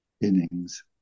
innings